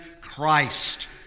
Christ